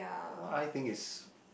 what I think is